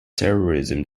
terrorism